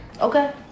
Okay